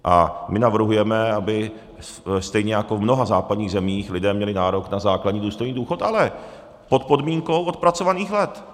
A my navrhujeme, aby stejně jako v mnoha západních zemích lidé měli nárok na základní důstojný důchod, ale pod podmínkou odpracovaných let.